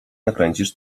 nakręcisz